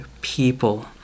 people